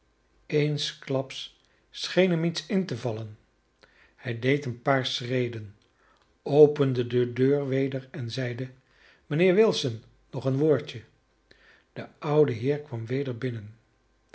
eensklaps scheen hem iets in te vallen hij deed een paar schreden opende de deur weder en zeide mijnheer wilson nog een woordje de oude heer kwam weder binnen